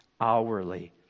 hourly